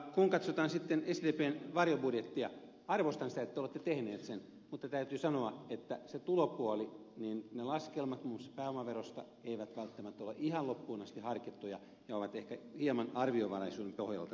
kun katsotaan sitten sdpn varjobudjettia arvostan sitä että te olette tehneet sen mutta täytyy sanoa että tulopuolella ne laskelmat muun muassa pääomaverosta eivät välttämättä ole ihan loppuun asti harkittuja ja ovat ehkä hieman arviovaraisuuden pohjalta tehtyjä